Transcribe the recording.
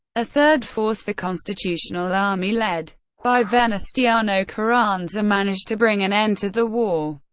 a third force, the constitutional army led by venustiano carranza managed to bring an end to the war,